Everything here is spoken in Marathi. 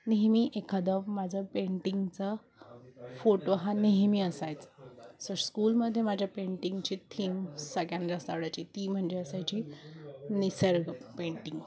नेहमी एखादं माझं पेंटिंगचा फोटो हा नेहमी असायचा स स्कूलमध्ये माझ्या पेंटिंगची थीम सगळ्यांना जास्त आवडायची ती म्हणजे असायची निसर्ग पेंटिंग